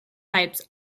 types